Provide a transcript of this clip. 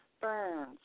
burns